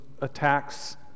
attacks